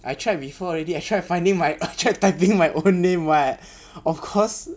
I tried before already I tried finding my I tried typing my own name [what] of course